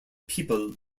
people